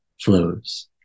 flows